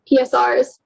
PSRs